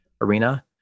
arena